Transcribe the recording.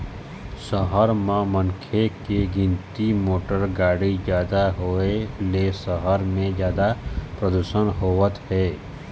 सहर म मनखे के गिनती, मोटर गाड़ी जादा होए ले सहर म जादा परदूसन होवत हे